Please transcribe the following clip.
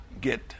get